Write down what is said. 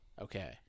Okay